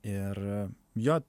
ir jo